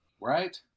right